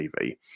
TV